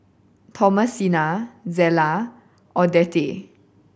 Thomasina Zella Odette